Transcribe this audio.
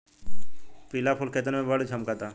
पिला फूल खेतन में बड़ झम्कता